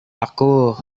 aku